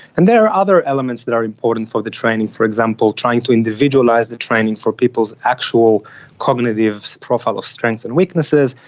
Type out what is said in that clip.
and there are other elements that are important for the training, for example trying to individualise the training for people's actual cognitive profile of strengths and weaknesses,